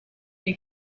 you